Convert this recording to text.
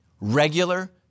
Regular